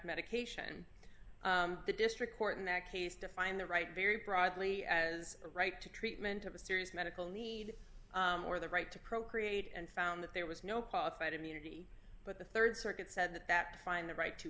medication the district court in that case defined the right very broadly as a right to treatment of a serious medical need or the right to procreate and found that there was no part fight immunity but the rd circuit said that that find the right to